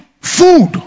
food